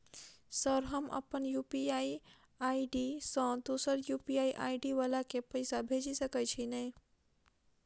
Sir हम अप्पन UPI ID सँ दोसर यु.पी.आई आई.डी वला केँ पैसा भेजि सकै छी नै?